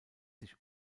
sich